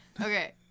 Okay